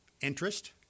interest